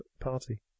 party